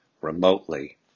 remotely